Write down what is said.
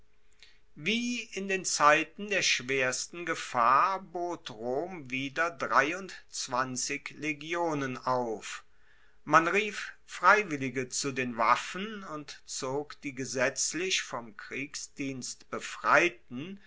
wie in den zeiten der schwersten gefahr bot rom wieder dreiundzwanzig legionen auf man rief freiwillige zu den waffen und zog die gesetzlich vom kriegsdienst befreiten